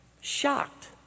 shocked